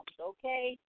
Okay